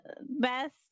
best